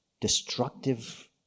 destructive